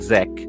Zek